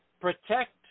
protect